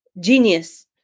genius